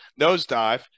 nosedive